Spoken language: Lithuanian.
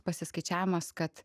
pasiskaičiavimas kad